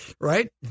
right